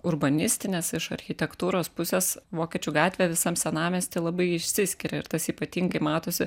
urbanistinės iš architektūros pusės vokiečių gatvė visam senamiesty labai išsiskiria ir tas ypatingai matosi